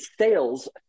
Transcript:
sales